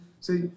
See